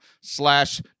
slash